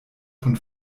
von